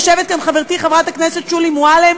יושבת כאן חברתי חברת הכנסת שולי מועלם,